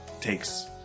takes